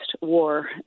war